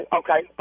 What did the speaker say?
okay